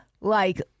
like-